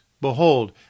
Behold